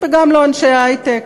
וגם לא אנשי היי-טק.